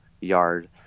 yard